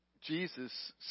Jesus